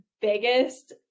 biggest